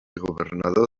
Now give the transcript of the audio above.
governador